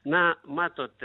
na matot